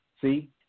See